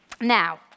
Now